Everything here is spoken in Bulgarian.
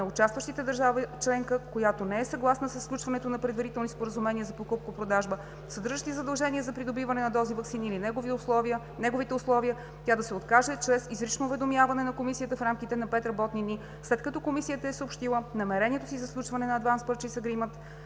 на участваща държава членка, която не е съгласна със сключването на предварителни споразумения за покупко-продажба, съдържащи задължение за придобиване на дози ваксина или неговите условия, тя да се откаже чрез изрично уведомяване на Комисията в рамките на пет работни дни, след като Комисията е съобщила намерението си за сключване на Advance Purchase